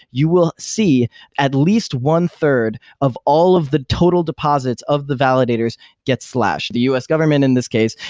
you will see at least one-third of all of the total deposits of the validators get slashed. the us government, in this case,